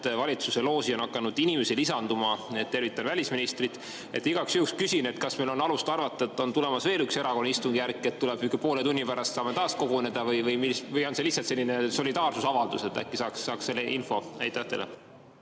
valitsuse looži on hakanud inimesi lisanduma, tervitan välisministrit. Igaks juhuks küsin, kas meil on alust arvata, et on tulemas veel üks erakorraline istungjärk. Kas poole tunni pärast saame taas koguneda või on see lihtsalt selline solidaarsusavaldus? Äkki saaks selle info? Austatud